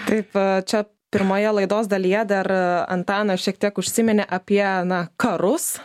taip čia pirmoje laidos dalyje dar antanas šiek tiek užsiminė apie na karus